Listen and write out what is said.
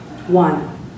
One